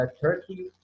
Turkey